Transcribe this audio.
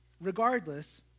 Regardless